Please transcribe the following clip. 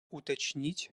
уточнить